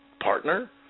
partner